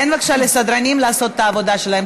תן בבקשה לסדרנים לעשות את העבודה שלהם,